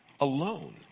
alone